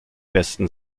besten